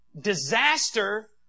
Disaster